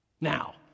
Now